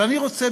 אבל אני רוצה,